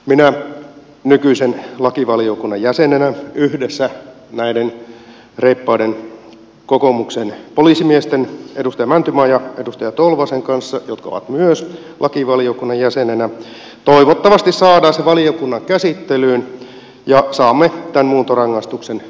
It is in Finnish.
minä olen nykyisen lakivaliokunnan jäsen ja yhdessä näiden reippaiden kokoomuksen poliisimiesten kanssa edustaja mäntymaan ja edustaja tolvasen jotka ovat myös lakivaliokunnan jäseninä toivottavasti saamme sen valiokunnan käsittelyyn ja tämän muuntorangaistuksen